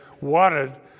wanted